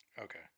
Okay